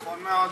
נכון מאוד.